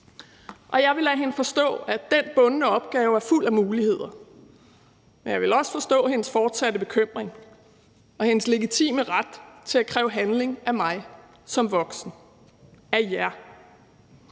og jeg vil lade hende forstå, at den bundne opgave er fuld af muligheder. Men jeg vil også forstå hendes fortsatte bekymring og hendes legitime ret til at kræve handling af mig som voksen, af jer.